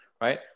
right